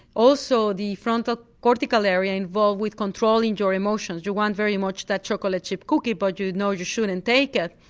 also the frontal cortical area involved with controlling your emotions you want very much that chocolate chip cookie but you know you shouldn't and take it,